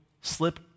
slip